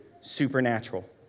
supernatural